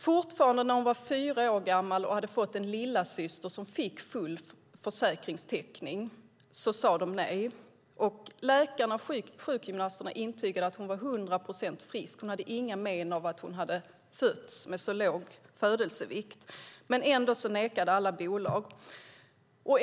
Fortfarande när hon var fyra år gammal och hade fått en lillasyster som fick full försäkringstäckning sade bolagen nej. Läkarna och sjukgymnasterna intygade att hon var hundra procent frisk. Hon hade inga men av att hon hade fötts med så låg födelsevikt. Ändå nekade alla bolag.